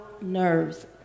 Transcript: nerves